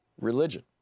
religion